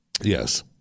Yes